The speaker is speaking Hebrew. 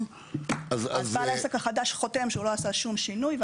-- אז בעל העסק החדש חותם שהוא לא עשה שום שינוי.